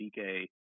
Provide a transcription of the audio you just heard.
DK